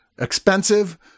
expensive